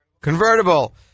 Convertible